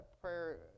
prayer